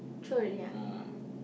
yeah